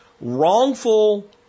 wrongful